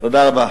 תודה רבה.